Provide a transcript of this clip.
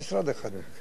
איך אמרת קודם?